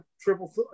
Triple